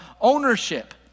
ownership